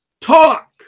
talk